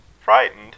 Frightened